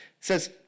says